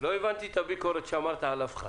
יש אנשים בגמלאות שיכולים לתת הרצאות בנושא בהתנדבות.